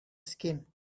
skin